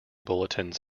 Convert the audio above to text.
bulletins